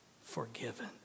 forgiven